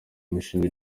imishinga